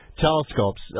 Telescopes